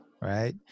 Right